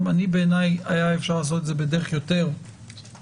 בעיניי היה אפשר לעשות את זה בדרך יותר אלגנטית.